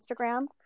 instagram